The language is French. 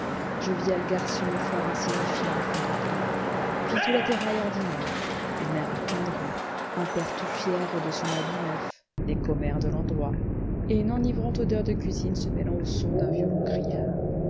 jovial garçon fort insignifiant à contempler puis tout l'attirail ordinaire une mère attendrie un père tout fier de son habit neuf les commères de l'endroit et une enivrante odeur de cuisine se mêlant aux sons d'un violon criard